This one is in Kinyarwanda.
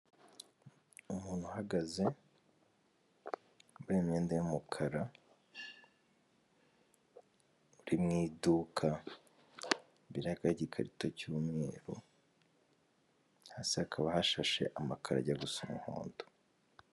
umuntu uhagaze wambaye imyenda y'umukara uri mu iduka imbere ye hakaba hari igikarito cy'umweru hasi hakaba hashashe amakaro ajya gusa umuhondo.